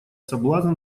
соблазн